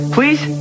Please